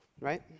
Right